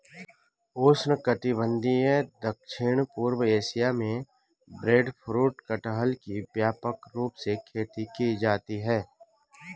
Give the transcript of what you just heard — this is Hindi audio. उष्णकटिबंधीय दक्षिण पूर्व एशिया में ब्रेडफ्रूट कटहल की व्यापक रूप से खेती की जाती है